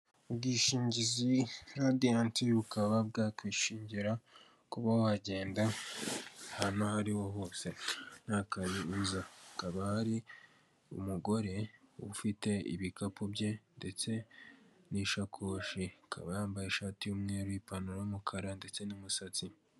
Ubwishingizi Radiyanti bukaba bwakwishingira kuba wagenda aho ahantu ari hose ntakabuza, hakaba hari umugore ufite ibakapu bye ndetse n'ishakoshi akaba yambaye ishati y'umweru, ipantalo y'umukara ndetse n'umusatsi.